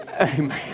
Amen